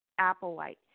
Applewhite